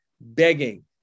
begging